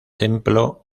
templo